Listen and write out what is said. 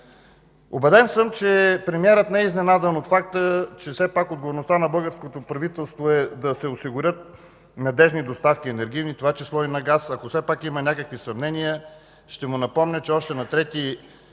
Убеден съм, че премиерът не е изненадан от факта, че отговорността на българското правителство е да осигурява надеждни енергийни доставки, в това число и на газ. Ако все пак има някакви съмнения, ще му напомня, че още на 3